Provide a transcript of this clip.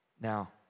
Now